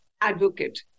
advocate